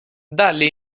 dalle